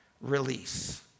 release